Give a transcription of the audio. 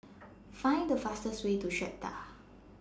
Find The fastest Way to Strata